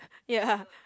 ya